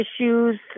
issues